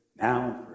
now